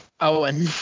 owen